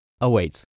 awaits